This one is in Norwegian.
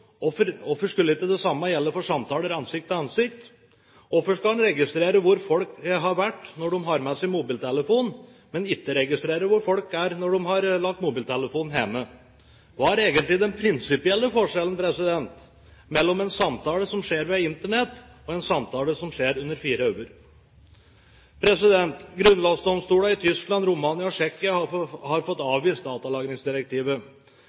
hvorfor skulle ikke det samme gjelde for samtaler ansikt til ansikt? Hvorfor skal man registrere hvor folk har vært når de tar med seg mobiltelefonen, men ikke hvor folk er når de har lagt mobiltelefonen hjemme? Hva er egentlig den prinsipielle forskjellen mellom en samtale som skjer via Internett, og en samtale som skjer under fire øyne? Grunnlovsdomstolene i Tyskland, Romania og Tsjekkia har fått avvist datalagringsdirektivet. Alle tre landene har